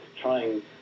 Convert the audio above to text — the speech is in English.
trying